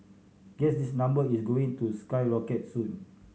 guess this number is going to skyrocket soon